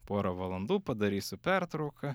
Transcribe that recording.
porą valandų padarysiu pertrauką